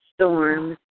storms